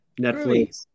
Netflix